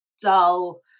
dull